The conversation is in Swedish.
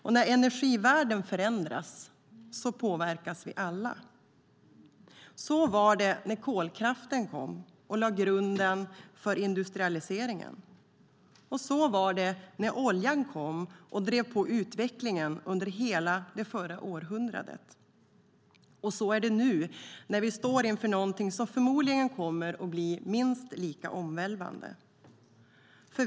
Och när energivärlden förändras påverkas vi alla. Så var det när kolkraften kom och lade grunden för industrialiseringen. Så var det när oljan kom och drev på utvecklingen under hela det förra århundradet. Och så är det nu, när vi står inför någonting som förmodligen kommer att bli minst lika omvälvande.